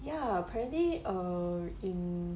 ya apparently uh in